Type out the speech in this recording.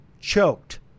choked